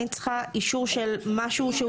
אני צריכה אישור של משהו שהוא